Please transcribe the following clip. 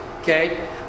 Okay